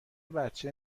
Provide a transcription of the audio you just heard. بچه